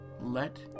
Let